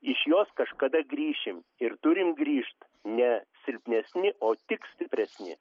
iš jos kažkada grįšim ir turim grįžt ne silpnesni o tik stipresni